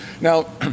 Now